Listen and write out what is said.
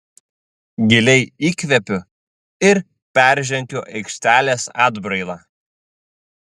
giliai įkvepiu ir peržengiu aikštelės atbrailą